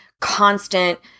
constant